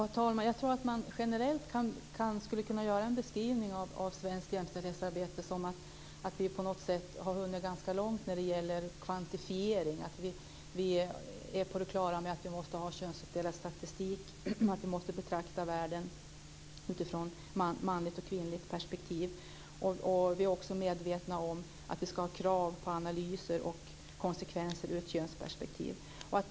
Herr talman! Jag tror att man generellt skulle kunna göra en beskrivning av svenskt jämställdhetsarbete som att vi har hunnit ganska långt när det gäller kvantifiering. Vi är på det klara med att vi måste ha könsuppdelad statistik och att vi måste betrakta världen utifrån manligt respektive kvinnligt perspektiv. Vi är också medvetna om att vi ska ställa krav på analyser och konsekvensbeskrivningar ur ett könsperspektiv.